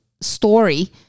story